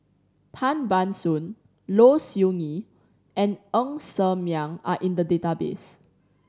Tan Ban Soon Low Siew Nghee and Ng Ser Miang are in the database